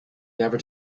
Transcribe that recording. never